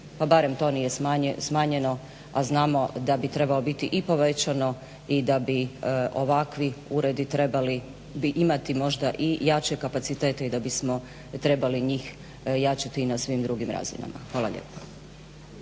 pa barem to nije smanjeno a znamo da bi trebalo biti i povećano i da bi ovakvi uredi trebali bi imati možda i jače kapacitete i da bismo trebali njih jačati na svim drugim razinama. Hvala lijepa.